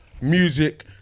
music